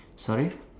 sorry